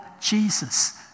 Jesus